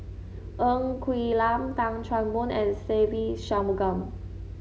Ng Quee Lam Tan Chan Boon and Se Ve Shanmugam